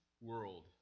world